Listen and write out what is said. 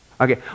Okay